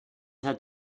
had